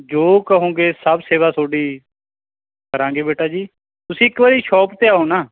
ਜੋ ਕਹੋਗੇ ਸਭ ਸੇਵਾ ਤੁਹਾਡੀ ਕਰਾਂਗੇ ਬੇਟਾ ਜੀ ਤੁਸੀਂ ਇੱਕ ਵਾਰੀ ਸ਼ੋਪ 'ਤੇ ਆਓ ਨਾ